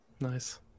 Nice